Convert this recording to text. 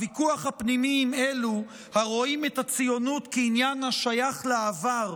הוויכוח עם אלו הרואים את הציונות כעניין השייך לעבר,